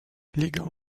legal